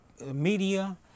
media